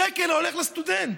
שקל לא הולך לסטודנט.